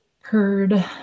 heard